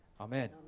Amen